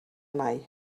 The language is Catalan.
mai